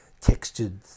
textured